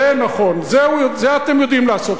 זה נכון, זה אתם יודעים לעשות.